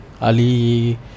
Ali